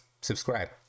Subscribe